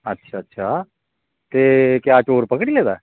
अच्छा अच्छा क्या चोर पकड़ी लेदा